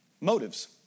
Motives